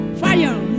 fire